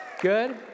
good